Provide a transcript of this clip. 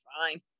fine